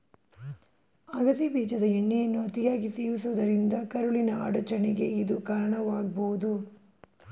ಅಗಸೆ ಬೀಜದ ಎಣ್ಣೆಯನ್ನು ಅತಿಯಾಗಿ ಸೇವಿಸುವುದರಿಂದ ಕರುಳಿನ ಅಡಚಣೆಗೆ ಇದು ಕಾರಣವಾಗ್ಬೋದು